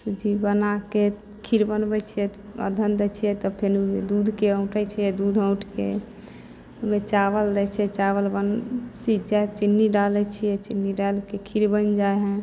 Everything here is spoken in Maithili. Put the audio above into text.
घी बनाके खीर बनबै छियै अधन दै छियै तऽ फेर दूधके औंटै छिअय दूध औंट के ओइमे चावल दै छिअय चावल बन सिझ जाय चिन्नी डालै छिअय चिन्नी डालिके खीर बैन जाइ हय